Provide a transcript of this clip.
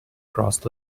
cross